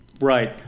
right